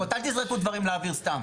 זה שתי העסקות, אל תזרקו דברים לאוויר סתם.